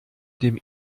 dem